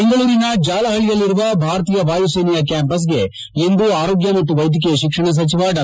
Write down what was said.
ಬೆಂಗಳೂರಿನ ಜಾಲಹಳ್ಳಿಯಲ್ಲಿರುವ ಭಾರತೀಯ ವಾಯುಸೇನೆಯ ಕ್ಯಾಂಪಸ್ಗೆ ಇಂದು ಆರೋಗ್ಯ ಮತ್ತು ವೈದ್ಯಕೀಯ ಶಿಕ್ಷಣ ಸಚಿದ ಡಾ